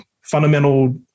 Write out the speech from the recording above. fundamental